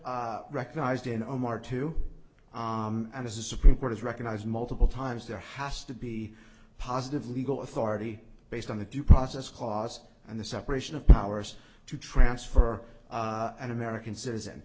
recognized in omar two and as a supreme court is recognized multiple times there has to be positive legal authority based on the due process clause and the separation of powers to transfer an american citizen